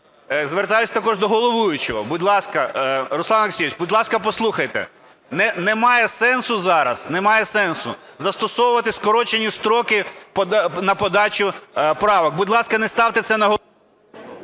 Звертаюся також до головуючого. Будь ласка, Руслан Олексійович, будь ласка, послухайте. Немає сенсу зараз, немає сенсу застосовувати скорочені строки на подачу правок. Будь ласка, не ставте це на голосування.